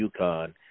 UConn